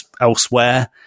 elsewhere